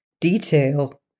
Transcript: Detail